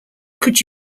could